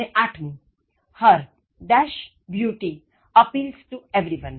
અને આઠમું Her - beauty appeals to everyone